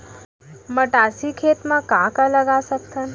मटासी खेत म का का लगा सकथन?